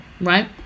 right